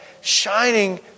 shining